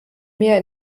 mehr